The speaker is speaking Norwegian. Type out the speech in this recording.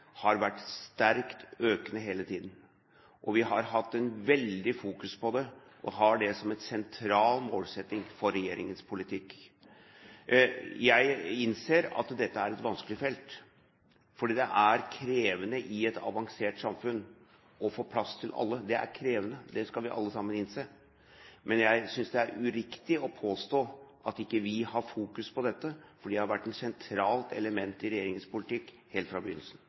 har vært sterkt økende hele tiden. Vi har hatt et veldig fokus på det, og har det som en sentral målsetting for regjeringens politikk. Jeg innser at dette er et vanskelig felt, fordi det er krevende i et avansert samfunn å få plass til alle. Det er krevende, det skal vi alle sammen innse. Men jeg synes det er uriktig å påstå at ikke vi har fokus på dette, for det har vært et sentralt element i regjeringens politikk helt fra begynnelsen.